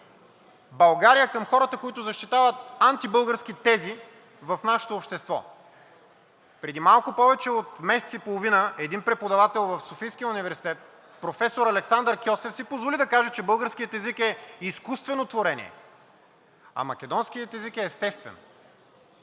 България към хората, които защитават антибългарски тези в нашето общество. Преди малко повече от месец и половина един преподавател в Софийския университет – професор Александър Кьосев, си позволи да каже, че българският език е изкуствено творение, а македонският език е естествен.